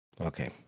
Okay